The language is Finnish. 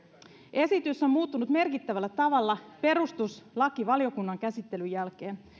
esitys on muuttunut merkittävällä tavalla perustuslakivaliokunnan käsittelyn jälkeen